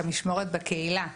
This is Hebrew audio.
משמרות בקהילה.